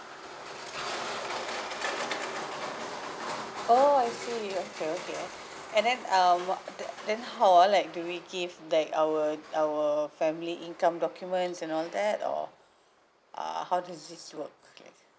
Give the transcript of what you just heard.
oh I see okay okay and then um then then how ah do we give like our our family income documents and all that or uh how does this work